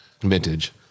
vintage